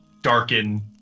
darken